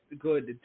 good